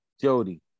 Jody